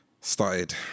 started